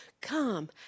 come